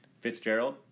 Fitzgerald